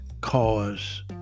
cause